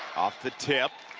off the tip